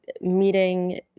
meeting